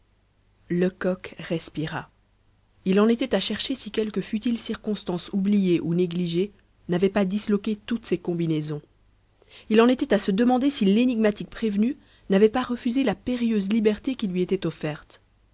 lecoq respira il en était à chercher si quelque futile circonstance oubliée ou négligée n'avait pas disloqué toutes ses combinaisons il en était à se demander si l'énigmatique prévenu n'avait pas refusé la périlleuse liberté qui lui était offerte